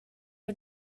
jeu